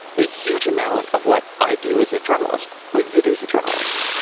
a huge amount of what i do as a journalist, what you do as a journalist,